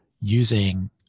using